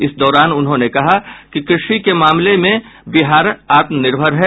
इस दौरान उन्होंने कहा कि कृषि के मामले में बिहार आत्मनिर्भर है